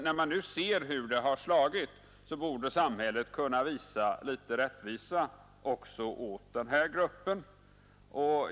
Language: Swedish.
När man nu ser hur det har slagit borde samhället kunna ge litet rättvisa också åt den här gruppen.